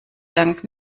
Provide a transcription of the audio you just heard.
dank